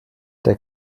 der